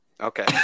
Okay